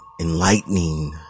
enlightening